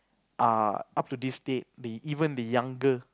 are up to this date they even the younger